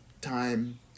time